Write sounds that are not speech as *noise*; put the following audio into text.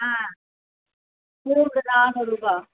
ஆ *unintelligible* நானூறுரூபா